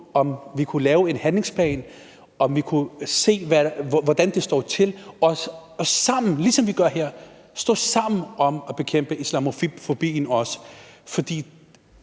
om vi kunne lave en handlingsplan; om vi kunne se på, hvordan det står til, og også stå sammen, ligesom vi gør det her, om at bekæmpe islamofobien, for